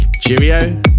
Cheerio